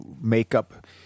makeup